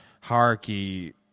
hierarchy